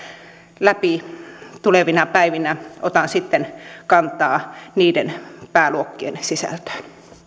eri ministeriöitten pääluokkia läpi tulevina päivinä otan sitten kantaa niiden pääluokkien sisältöön